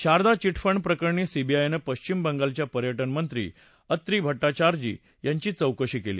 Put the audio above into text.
Sharda chit fund प्रकरणी सीबीआयनं पाश्विम बंगालच्या पर्यटन मंत्री अत्री भट्टाचार्जी यांची चौकशी केली